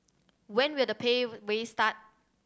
when will the pay raise start